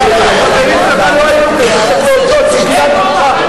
החברים שלך לא היו פה ואתה צריך להודות שכיבדנו אותך,